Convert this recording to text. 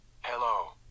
Hello